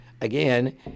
again